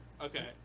Okay